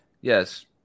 yes